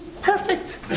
perfect